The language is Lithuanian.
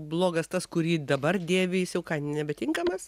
blogas tas kurį dabar dėvi jis jau nebetinkamas